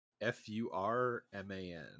F-U-R-M-A-N